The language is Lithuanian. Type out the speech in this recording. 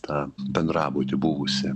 tą bendrabutį buvusį